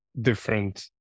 different